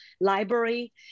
Library